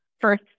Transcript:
First